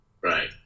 Right